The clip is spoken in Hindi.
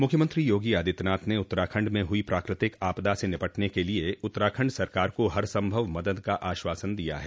मुख्यमंत्री योगी आदित्यनाथ ने उत्तराखंड मे हुई प्राकृतिक आपदा से निपटने के लिए उत्तराखंड सरकार को हरसंभव मदद का आश्वासन दिया है